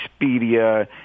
Expedia